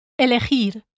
Elegir